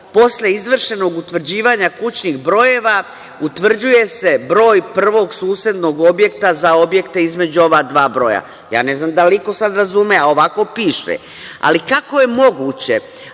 posle izvršenog utvrđivanja kućnih brojeva, utvrđuje se broj prvog susednog objekta za objekte između ova dva broja. Ja ne znam da li iko sad razume? Ovako piše. Ali, kako je moguće,